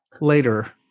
later